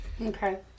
Okay